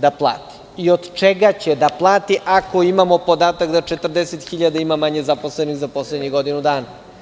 da plati i od čega će da plati, ako imamo podatak da 40.000 ima manje zaposlenih u poslednjih godinu dana.